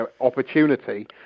opportunity